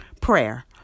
Prayer